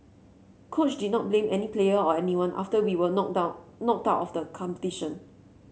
coach did not blame any player or anyone after we were knocked down knocked out of the competition